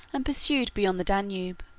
and pursued beyond the danube.